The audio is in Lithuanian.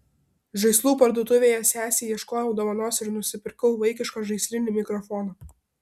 žaislų parduotuvėje sesei ieškojau dovanos ir nusipirkau vaikišką žaislinį mikrofoną